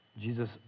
Jesus